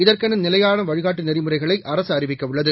இதற்கெனநிலையானவழிகா ட்டுநெறிமுறைகளைஅரசுஅறிவிக்கஉள்ளது